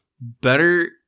better